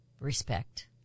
respect